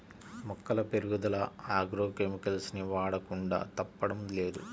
మొక్కల పెరుగుదల agro chemicals ని వాడకుండా తప్పడం లేదు